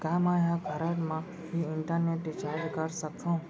का मैं ह कारड मा भी इंटरनेट रिचार्ज कर सकथो